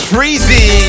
Freezy